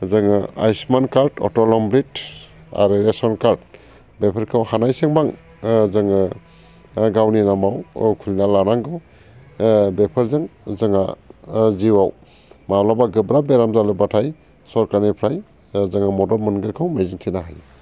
जोङो आयुसमान कार्द अटल अम्रिट आरो ration card बेफोरखौ हानायसेबां जोङो गावनि मुङाव खुलिना लानांगौ बेफोरजों जोङो जिउआव माब्लाबा गोब्राब बेराम जायोब्लाथाय सोरखारनिफ्राय जों मदद मोनगोनखौ मिजिं थिनो हायो